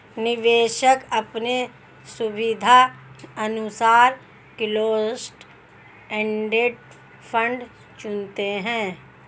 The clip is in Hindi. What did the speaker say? निवेशक अपने सुविधानुसार क्लोस्ड इंडेड फंड चुनते है